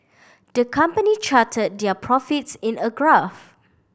the company charted their profits in a graph